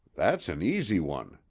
that's an easy one,